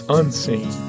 unseen